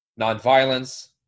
nonviolence